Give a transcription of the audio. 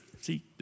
See